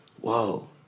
Whoa